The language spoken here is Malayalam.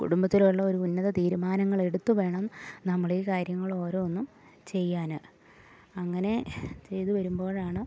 കുടുംബത്തിലുള്ള ഒരു ഉന്നത തീരുമാനങ്ങളെടുത്തു വേണം നമ്മളീ കാര്യങ്ങളോരോന്നും ചെയ്യാൻ അങ്ങനെ ചെയ്ത് വരുമ്പോഴാണ്